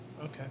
okay